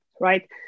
right